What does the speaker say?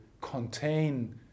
contain